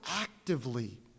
actively